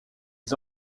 les